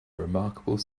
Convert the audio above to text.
remarkable